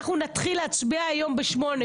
אנחנו נתחיל להצביע היום בשמונה,